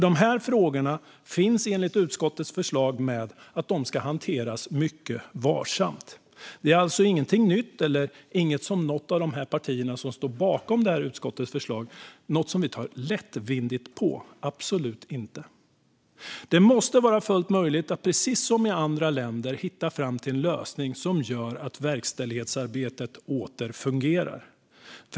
Dessa frågor ska nämligen enligt utskottets förslag hanteras mycket varsamt. Det är alltså inget nytt och absolut inget som något av partierna som står bakom utskottets förslag tar lättvindigt på. Det måste vara fullt möjligt att precis som i andra länder hitta en lösning som gör att verkställighetsarbetet åter fungerar.